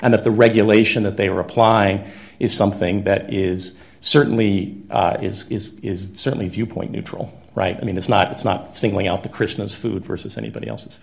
the regulation that they were applying is something that is certainly is is is certainly viewpoint neutral right i mean it's not it's not singling out the christian as food versus anybody else's